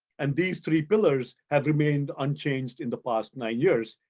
and these three pillars have remained unchanged in the past nine years.